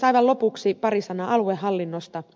aivan lopuksi pari sanaa aluehallinnosta